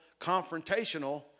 confrontational